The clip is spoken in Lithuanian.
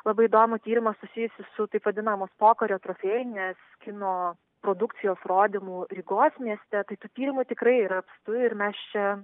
labai įdomų tyrimą susijusį su taip vadinamos pokario trofėjinės kino produkcijos rodymu rygos mieste tai tų tyrimų tikrai yra apstu ir mes čia